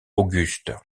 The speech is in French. auguste